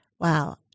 Wow